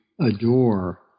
adore